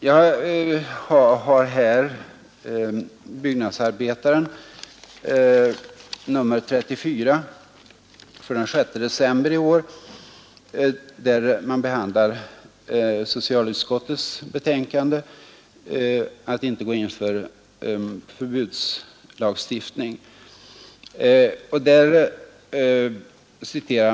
Jag har här Byggnadsarbetaren nr 34 för den 6 december i år, där man behandlar socialutskottets betänkande och dess ståndpunkt att inte gå in för förbudslagstiftning.